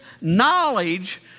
knowledge